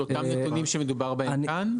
את אותם נתונים שמדובר בהם כאן?